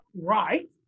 right